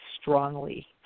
strongly